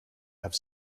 have